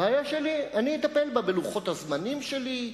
בעיה שלי, אני אטפל בה בלוחות הזמנים שלי,